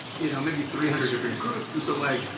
you know, maybe three hundred different groups. and so like,